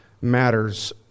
matters